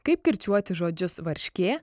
kaip kirčiuoti žodžius varškė